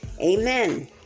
Amen